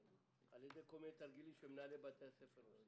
על-ידי כל מיני תרגילים של מנהלי בתי הספר.